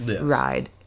ride